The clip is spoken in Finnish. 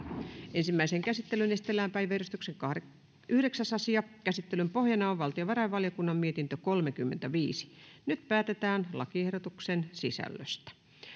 ensimmäiseen käsittelyyn esitellään päiväjärjestyksen yhdeksäs asia käsittelyn pohjana on valtiovarainvaliokunnan mietintö kolmekymmentäviisi nyt päätetään lakiehdotuksen sisällöstä